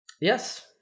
Yes